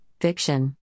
Fiction